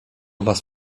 was